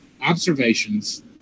observations